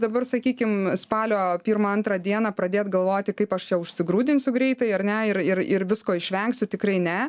dabar sakykim spalio pirmą antrą dieną pradėt galvoti kaip aš čia užsigrūdinsiu greitai ar ne ir ir ir visko išvengsiu tikrai ne